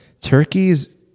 turkeys